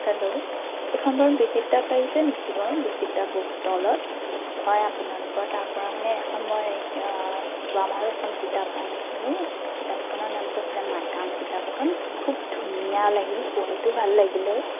hello এইখন বাৰু বিচিত্ৰাত লাগিছে নেকি বাৰু বিচিত্ৰা বুক ষ্টলত হয় আপোনালোকৰ তাৰপৰা মানে এখন মই যোৱা মাহত এখন কিতাপ আনিছিলোঁ কিতাপখনৰ নামটো আছিলে মাকাম কিতাপখন খুব ধুনীয়া লাগিল পঢ়িতো ভাল লাগিলেই